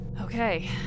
Okay